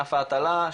בענף ההטלה,